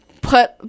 put